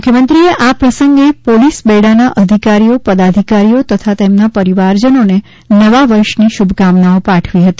મુખ્યમંત્રીશ્રીએ આ પ્રસંગે પોલીસ બેડાના અધિકારીઓ પદાધિકારીઓ તથા તેમના પરિવારજનોને નવા વર્ષની શુભકામનાઓ પાઠવી હતી